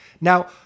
Now